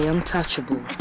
Untouchable